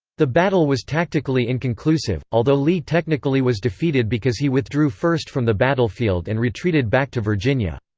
the battle was tactically inconclusive, although lee technically was defeated because he withdrew first from the battlefield and retreated back to virginia.